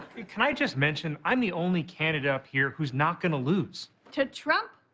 can i just mention, i'm the only candidate up here who's not going to lose. to trump?